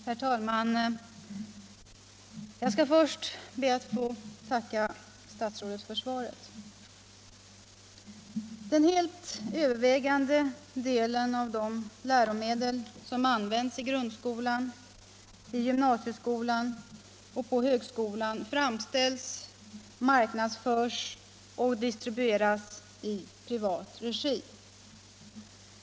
Herr talman! Jag skall först be att få tacka statsrådet för svaret. Den helt övervägande delen av de läromedel som används i grundskolan, gymnasieskolan och högskolan framställs, marknadsförs och distribueras i privat regi.